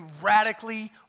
radically